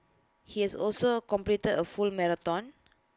he has also completed A full marathon